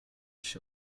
się